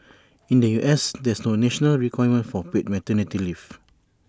in the U S there's no national requirement for paid maternity leave